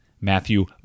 Matthew